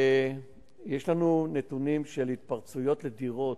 יש לנו נתונים של התפרצויות לדירות,